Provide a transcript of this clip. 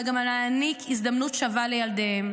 אבל גם להעניק הזדמנות שווה לילדיהם,